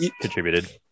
contributed